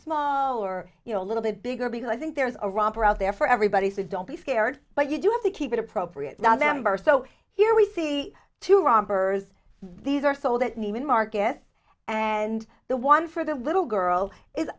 smaller you know a little bit bigger because i think there's a romper out there for everybody so don't be scared but you do have to keep it appropriate not amber so here we see two robbers these are so that neiman marcus and the one for the little girl is